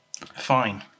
Fine